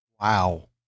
wow